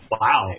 Wow